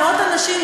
מאות אנשים,